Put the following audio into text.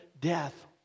death